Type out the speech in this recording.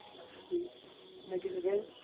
that's the negative in.